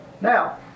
now